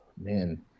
man